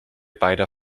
beider